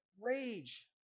rage